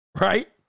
Right